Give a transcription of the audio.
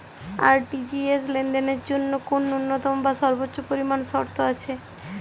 RTGS লেনদেনের জন্য কোন ন্যূনতম বা সর্বোচ্চ পরিমাণ শর্ত আছে?